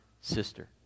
sister